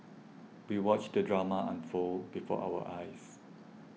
we watched the drama unfold before our eyes